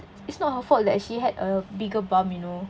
it's not her fault that she had a bigger bum you know